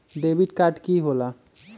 Debit card की होला?